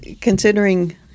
considering